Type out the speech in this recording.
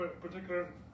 particular